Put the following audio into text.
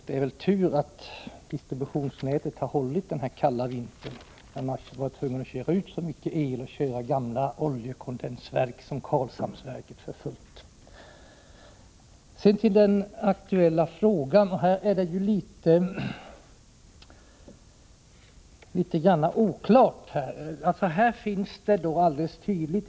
Det är tur att distributionsnätet hållit den här kalla vintern då man varit tvungen att ta ut mycket el och köra gamla oljekondensverk, som Karlshamnsverket, för fullt. Det finns en del oklarheter beträffande den aktuella frågan.